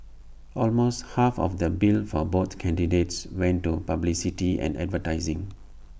almost half of the bill for both candidates went to publicity and advertising